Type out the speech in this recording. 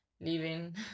living